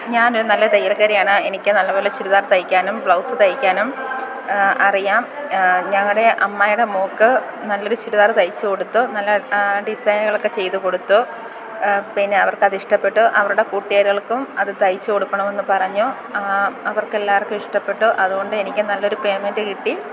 ഞാനൊരു നല്ല തയ്യല്ക്കാരിയാണ് എനിക്ക് നല്ലപോലെ ചുരിദാര് തയ്ക്കാനും ബ്ലൗസ് തയ്ക്കാനും അറിയാം ഞങ്ങളുടെ അമ്മായിയുടെ മോൾക്ക് നല്ലൊരു ചുരിദാറ് തയ്ച്ചുകൊടുത്തു നല്ല ഡിസൈന്കളൊക്കെ ചെയ്ത്കൊടുത്തു പിന്നെ അവര്ക്ക് അത് ഇഷ്ടപ്പെട്ടു അവരുടെ കൂട്ട്കാരികൾക്കും അത് തയ്ച്ചുകൊടുക്കണമെന്നു പറഞ്ഞു അവർക്ക് എല്ലാവർക്കും ഇഷ്ടപ്പെട്ടു അതുകൊണ്ട് എനിക്ക് നല്ലൊരു പേയ്മെന്റ് കിട്ടി